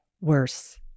worse